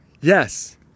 Yes